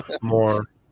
more